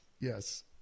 Yes